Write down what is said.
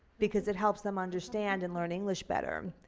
because it helps them understand and learn english better,